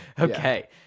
okay